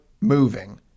moving